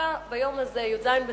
דווקא ביום הזה, י"ז בתמוז,